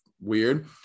weird